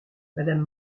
madame